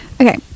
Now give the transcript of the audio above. okay